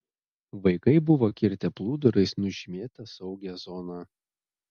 vaikai buvo kirtę plūdurais nužymėta saugią zoną